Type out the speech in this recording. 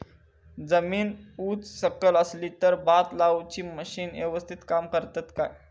जमीन उच सकल असली तर भात लाऊची मशीना यवस्तीत काम करतत काय?